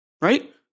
right